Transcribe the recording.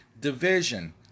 division